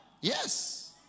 Yes